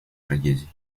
трагедий